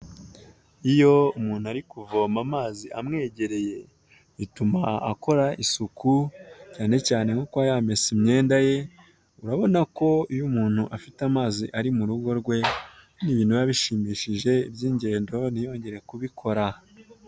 Iyo umuntu ari kuvoma amazi amwegereye, bituma akora isuku cyane cyane nko kuba yamesa imyenda ye, urabona ko iyo umuntu afite amazi ari mu rugo rwe ni ibintu biba bishimishije iby'ingendo ntiyongere kubikora.